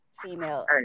female